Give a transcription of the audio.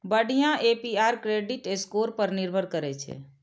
बढ़िया APR credit score पर निर्भर करै छै